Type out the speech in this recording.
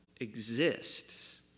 exists